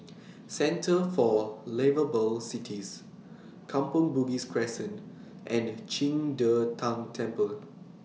Centre For Liveable Cities Kampong Bugis Crescent and Qing De Tang Temple